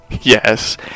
yes